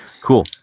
Cool